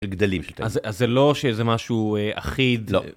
גדלים אז זה לא שזה משהו אחיד.לא